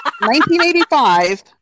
1985